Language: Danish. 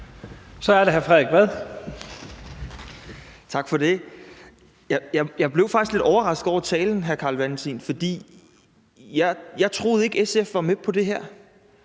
Kl. 10:42 Frederik Vad (S): Tak for det. Jeg blev faktisk lidt overrasket over talen, hr. Carl Valentin. For jeg troede ikke, at SF var med på det her,